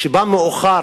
שבא מאוחר.